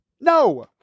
No